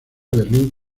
berlín